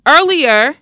Earlier